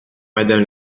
madame